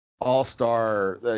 all-star